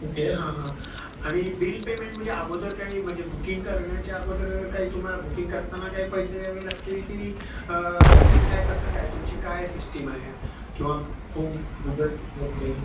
okay हां हां आणि बिल पेमेण म्हणजे अगोदर काही म्हणजे बुकिंग करण्याच्या अगोदर काही तुम्हाला बुकिंग करताना काही पैसे द्यावे लागतील की काय कसं काय तुमची काय सिस्टीम आहे किंवा फोन मोबाईल फोनने